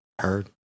Heard